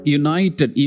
united